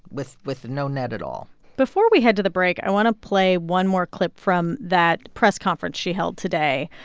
with with no net at all before we head to the break, i want to play one more clip from that press conference she held today,